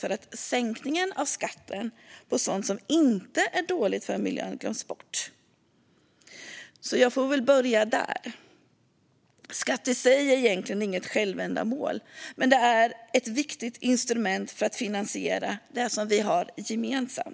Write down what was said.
för att sänkningen av skatten på sådant som inte är dåligt för miljön glöms bort, så jag får väl börja där. Skatt i sig är egentligen inget självändamål, men det är ett viktigt instrument för att finansiera det som vi har gemensamt.